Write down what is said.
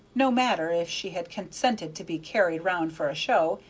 no matter if she had consented to be carried round for a show,